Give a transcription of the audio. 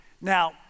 Now